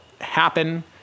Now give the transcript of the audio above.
happen